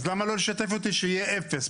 אז למה לא לשתף אותי שיהיה אפס?